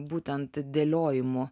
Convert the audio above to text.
būtent dėliojimu